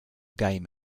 game